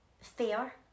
fair